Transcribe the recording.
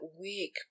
week